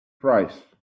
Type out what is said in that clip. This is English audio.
price